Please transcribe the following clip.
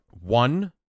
One